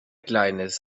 kleines